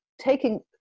taking